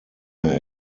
mehr